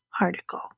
article